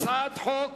הצעת חוק